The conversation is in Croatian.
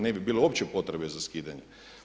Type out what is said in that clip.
Ne bi bilo uopće potrebe za skidanjem.